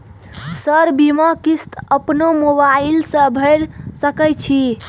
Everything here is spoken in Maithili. सर बीमा किस्त अपनो मोबाईल से भर सके छी?